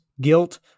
guilt